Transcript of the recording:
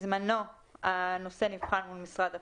בזמנו הנושא נבחן מול משרד הפנים.